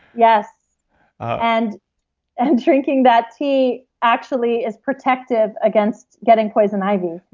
yes and and drinking that tea actually is protective against getting poison ivy.